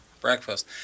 breakfast